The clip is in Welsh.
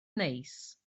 neis